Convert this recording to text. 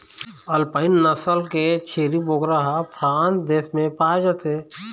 alpine नसल के छेरी बोकरा ह फ्रांस देश म पाए जाथे